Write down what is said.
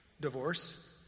Divorce